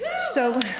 so